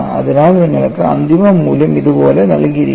അതിനാൽ നിങ്ങൾക്ക് അന്തിമ മൂല്യം ഇതുപോലെ നൽകിയിരിക്കുന്നു